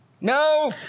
No